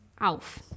auf